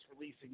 releasing